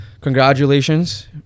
Congratulations